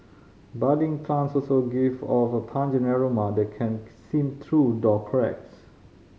budding plants also give off a pungent aroma that can seep through door cracks